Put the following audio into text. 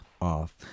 off